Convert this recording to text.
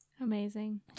Amazing